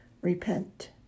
repent